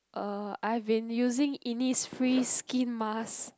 uh I've been using Innisfree skin mask